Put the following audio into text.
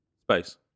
Space